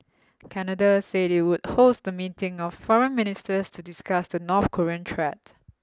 Canada said it would host a meeting of foreign ministers to discuss the North Korean threat